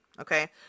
Okay